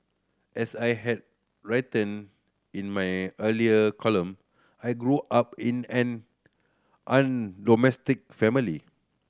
as I had written in my earlier column I grew up in an family